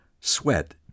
Sweat